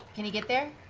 can he get there?